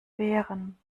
beeren